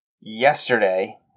yesterday